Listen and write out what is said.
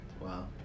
Wow